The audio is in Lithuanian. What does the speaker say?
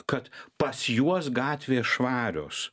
kad pas juos gatvės švarios